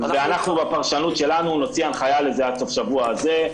ואנחנו בפרשנות שלנו נוציא הנחיה לזה עד סוף השבוע הזה.